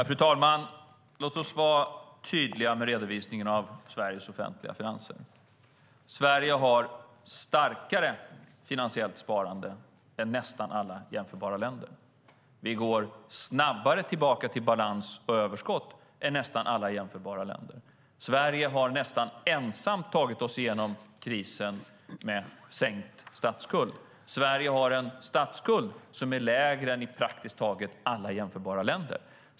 Fru talman! Låt oss vara tydliga med redovisningen av Sveriges offentliga finanser. Sverige har starkare finansiellt sparande än nästan alla jämförbara länder. Sverige går snabbare tillbaka till balans och överskott än nästan alla jämförbara länder. Sverige har nästan ensamt tagit sig igenom krisen med sänkt statsskuld. Sverige har en statsskuld som är lägre än i praktiskt taget alla jämförbara länder.